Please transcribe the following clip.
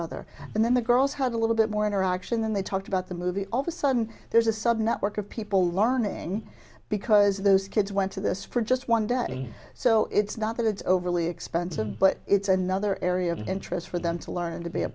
other and then the girls had a little bit more interaction than they talked about the movie all of a sudden there's a sudden network of people learning because those kids went to this for just one day so it's not that it's overly expensive but it's another area of interest for them to learn and to be a